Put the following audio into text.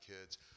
kids